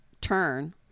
turn